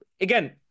again